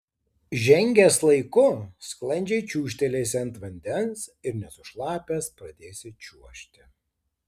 žengęs laiku sklandžiai čiūžtelėsi ant vandens ir nesušlapęs pradėsi čiuožti